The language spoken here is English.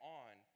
on